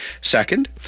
Second